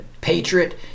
patriot